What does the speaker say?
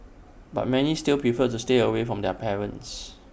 but many still preferred to stay away from their parents